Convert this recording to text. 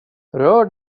rör